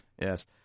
Yes